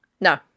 No